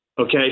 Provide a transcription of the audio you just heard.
Okay